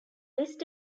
list